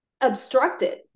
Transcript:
obstructed